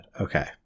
okay